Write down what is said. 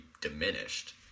diminished